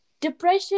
depression